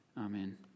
Amen